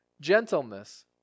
gentleness